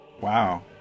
Wow